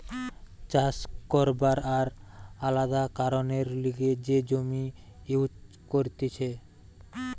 চাষ করবার আর আলাদা কারণের লিগে যে জমি ইউজ করতিছে